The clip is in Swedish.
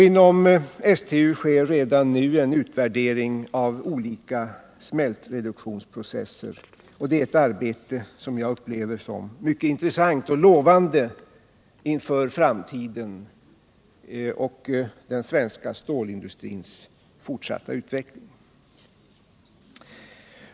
Inom STU sker redan nu en utvärdering av olika smältreduktionsprocesser, och det är ett arbete som jag uppfattar som mycket intressant och lovande inför framtiden med tanke på den svenska stålindustrins fortsatta utveckling.